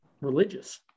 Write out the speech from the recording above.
religious